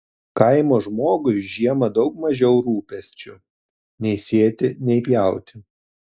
kaimo žmogui žiemą daug mažiau rūpesčių nei sėti nei pjauti